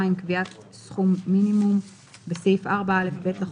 קביעת סכום מינימום 2. בסעיף 4א(ב) לחוק,